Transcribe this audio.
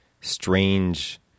strange